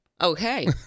Okay